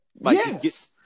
Yes